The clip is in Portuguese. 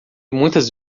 muitas